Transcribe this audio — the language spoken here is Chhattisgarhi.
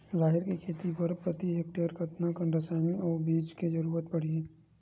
राहेर के खेती बर प्रति हेक्टेयर कतका कन रसायन अउ बीज के जरूरत पड़ही?